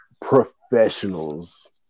professionals